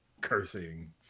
cursing